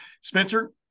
Spencer